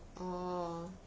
orh